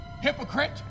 Hypocrite